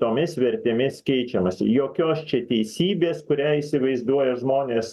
tomis vertėmis keičiamasi jokios čia teisybės kurią įsivaizduoja žmonės